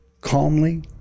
calmly